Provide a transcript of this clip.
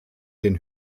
den